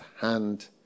hand